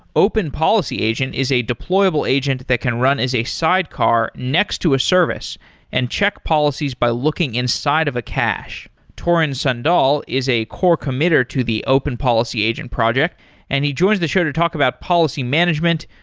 open policy agent is a deployable agent that can run as a sidecar next to a service and check policies by looking inside of a cache. torin sandall is a core committer to the open policy agent project and he joins the show to talk about policy management,